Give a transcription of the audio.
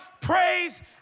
praise